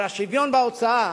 אבל השוויון בהוצאה